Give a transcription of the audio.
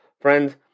Friends